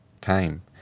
time